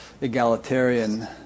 egalitarian